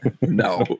No